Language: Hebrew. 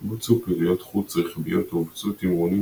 בוצעו פעילויות חוץ רכביות ובוצעו תמרונים